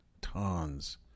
Tons